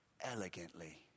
elegantly